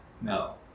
No